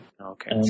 Okay